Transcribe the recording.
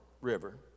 River